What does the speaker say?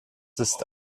ist